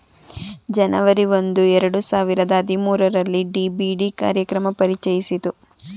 ಜನವರಿ ಒಂದು ಎರಡು ಸಾವಿರದ ಹದಿಮೂರುರಲ್ಲಿ ಡಿ.ಬಿ.ಡಿ ಕಾರ್ಯಕ್ರಮ ಪರಿಚಯಿಸಿತು